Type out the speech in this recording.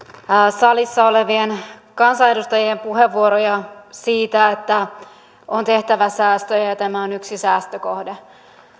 salissa olevien kansanedustajien puheenvuoroja siitä että on tehtävä säästöjä ja ja tämä on yksi säästökohde